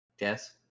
Yes